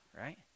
right